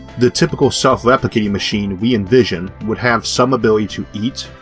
the typical self-replicating machine we envision would have some ability to eat,